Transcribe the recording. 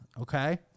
Okay